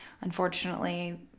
unfortunately